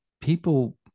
people